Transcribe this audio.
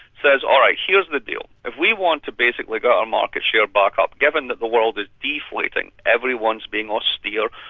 says all right, here's the deal, if we want to basically get our market share back up, given that the world is deflating, everyone's being austere,